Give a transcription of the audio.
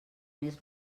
més